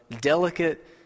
delicate